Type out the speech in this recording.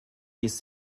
dies